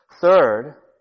Third